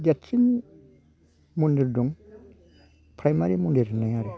देरसिन मन्दिर दं प्राइमारि मन्दिर होनाय आरो